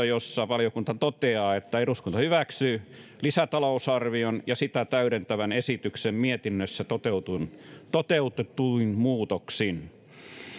jossa valiokunta toteaa että eduskunta hyväksyy lisätalousarvion ja sitä täydentävän esityksen mietinnössä toteutetuin muutoksin